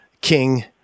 King